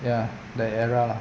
ya that era lah